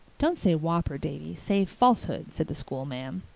don't say whopper, davy. say falsehood, said the schoolma'am.